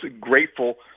grateful